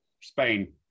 Spain